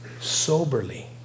soberly